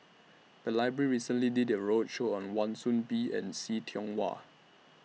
The Library recently did A roadshow on Wan Soon Bee and See Tiong Wah